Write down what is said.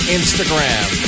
Instagram